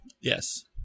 Yes